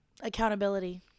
Accountability